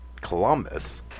Columbus